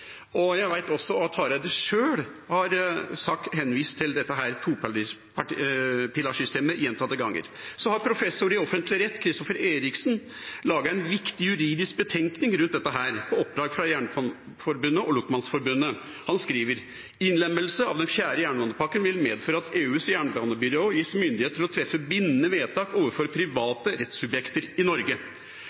Jeg vet også at statsråd Hareide sjøl har henvist til dette topilarsystemet gjentatte ganger. Professor i offentlig rett Christoffer Eriksen har laget en viktig juridisk betenkning rundt dette på oppdrag fra Jernbaneforbundet og Lokomotivmannsforbundet. Han skriver at innlemmelse av den fjerde jernbanepakken vil «medføre at EUs jernbanebyrå gis myndighet til å treffe bindende vedtak overfor private rettssubjekter i Norge».